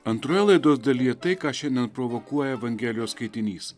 antroje laidos dalyje tai ką šiandien provokuoja evangelijos skaitinys